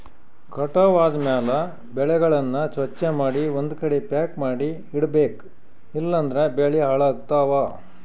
ಕಟಾವ್ ಆದ್ಮ್ಯಾಲ ಬೆಳೆಗಳನ್ನ ಸ್ವಚ್ಛಮಾಡಿ ಒಂದ್ಕಡಿ ಪ್ಯಾಕ್ ಮಾಡಿ ಇಡಬೇಕ್ ಇಲಂದ್ರ ಬೆಳಿ ಹಾಳಾಗ್ತವಾ